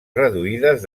reduïdes